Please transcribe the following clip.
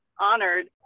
honored